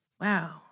wow